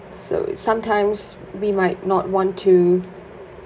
so sometimes we might not want to